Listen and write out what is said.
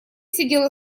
сидела